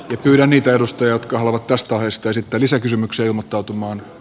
ylläni teosta jotka ovat taas toistuisitte lisäkysymykseilmoittautumaan